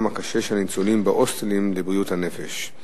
הקשה של ניצולי השואה בהוסטלים לבריאות הנפש,